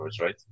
right